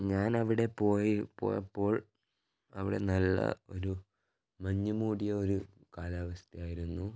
ഞാൻ അവിടെ പോയി പോയപ്പോൾ അവിടെ നല്ല ഒരു മഞ്ഞ് മൂടിയ ഒര് കാലാവസ്ഥ ആയിരുന്നു